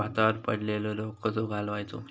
भातावर पडलेलो रोग कसो घालवायचो?